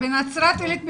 בנצרת עילית,